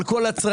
על כל הצרכים?